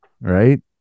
right